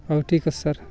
ହଉ ଠିକ୍ ଅଛି ସାର୍